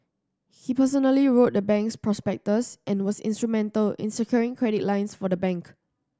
he personally wrote the bank's prospectus and was instrumental in securing credit lines for the bank